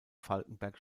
falckenberg